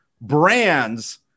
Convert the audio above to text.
brands